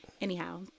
Anyhow